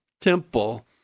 temple